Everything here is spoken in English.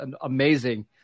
amazing